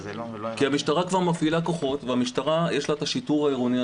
כי המשטרה כבר מפעילה כוחות ויש לה את השיטור העירוני.